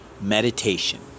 meditation